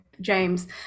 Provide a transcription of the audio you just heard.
James